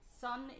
sun